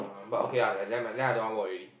but okay lah by then I then I don't want work already